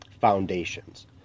foundations